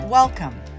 Welcome